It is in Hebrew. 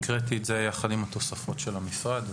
הקראתי את זה יחד עם התוספות של המשרד.